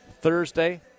Thursday